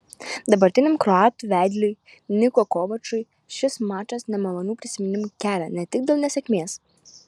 dabartiniam kroatų vedliui niko kovačui šis mačas nemalonių prisiminimų kelia ne tik dėl nesėkmės